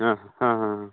ᱦᱮᱸ ᱦᱮᱸ ᱦᱮᱸ ᱦᱮᱸ